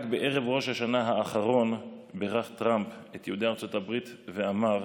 רק בערב ראש השנה האחרון בירך טראמפ את יהודי ארצות הברית ואמר: